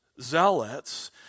zealots